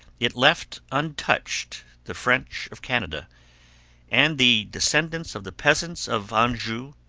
it left untouched the french of canada and the descendants of the peasants of anjou,